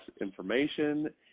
information